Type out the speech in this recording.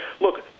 look